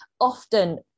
often